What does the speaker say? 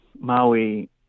Maui